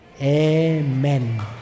Amen